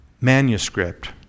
manuscript